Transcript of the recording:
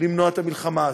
למנוע את המלחמה הזאת?